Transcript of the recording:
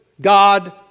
God